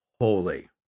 holy